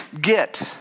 get